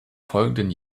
folgenden